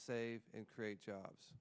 save and create jobs